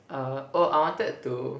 uh oh I wanted to